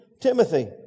Timothy